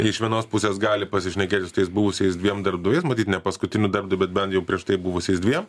iš vienos pusės gali pasišnekėti su tais buvusiais dviem darbdaviais matyt ne paskutiniu darbdu bet bent jau prieš tai buvusiais dviem